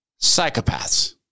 Psychopaths